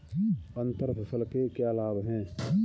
अंतर फसल के क्या लाभ हैं?